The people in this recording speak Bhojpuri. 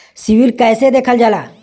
सिविल कैसे देखल जाला?